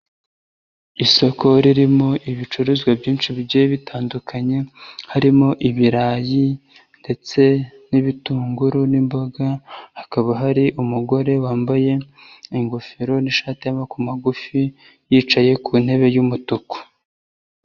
Isoko ririmo ibicuruzwa byinshi bigiye bitandukanye harimo ibirayi ndetse n'ibitunguru n'imboga, hakaba hari umugore wambaye ingofero n'ishati y'amaboko magufi yicaye ku ntebe y'umutuku.